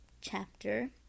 chapter